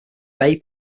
bay